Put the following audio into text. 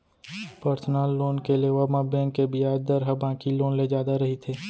personal loan के लेवब म बेंक के बियाज दर ह बाकी लोन ले जादा रहिथे